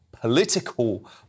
political